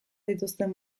dituzten